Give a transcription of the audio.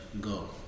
Go